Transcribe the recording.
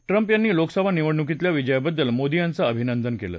Trump यांनी लोकसभा निवडणुकीतल्या विजयाबद्दल मोदी यांचं अभिनंदन केलं